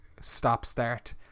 stop-start